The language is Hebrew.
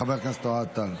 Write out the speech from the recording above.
בבקשה, חבר הכנסת אוהד טל.